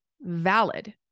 valid